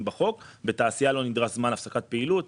בחוק בתעשייה לא נדרש זמן הפסקת פעילות,